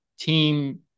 team